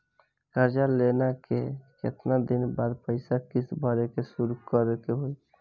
कर्जा लेला के केतना दिन बाद से पैसा किश्त भरे के शुरू करे के होई?